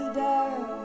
down